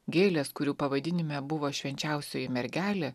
gėlės kurių pavadinime buvo švenčiausioji mergelė